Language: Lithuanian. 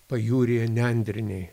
pajūryje nendriniai